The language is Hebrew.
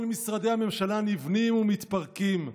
כל משרדי הממשלה נבנים ומתפרקים,